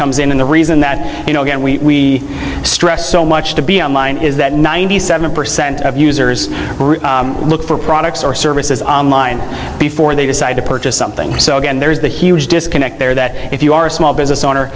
comes in and the reason that you know again we stress so much to be on line is that ninety seven percent of users look for products or services before they decide to purchase something so again there's a huge disconnect there that if you are a small business owner